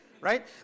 right